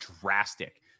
drastic